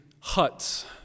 huts